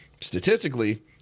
Statistically